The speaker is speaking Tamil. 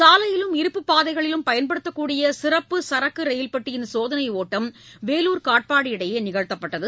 சாலையிலும் இருப்புப் பாதைகளிலும் பயன்படுத்தக்கூடிய சிறப்பு சரக்கு ரயில் பெட்டியின் சோதனை ஒட்டம் வேலூர் காட்பாடி இடையே நிகழ்த்தப்பட்டது